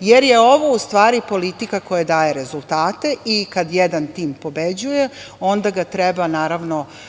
jer je ovo u stvari politika koja daje rezultate i kada jedan tim pobeđuje, onda ga treba tako